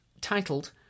titled